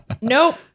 Nope